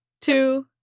two